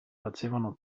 facevano